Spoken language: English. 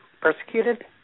persecuted